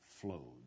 flowed